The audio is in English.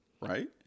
right